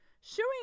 showing